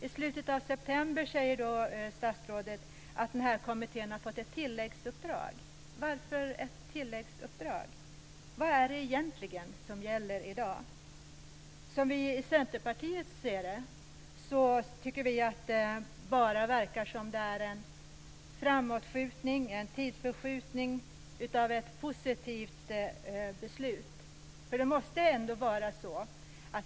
I slutet av september fick kommittén, säger statsrådet, ett tilläggsuppdrag. Men varför ett tilläggsuppdrag? Vad är det som egentligen gäller i dag? Som vi i Centerpartiet ser saken verkar det bara vara fråga om ett framåtskjutande - dvs. en tidsförskjutning - av ett positivt beslut.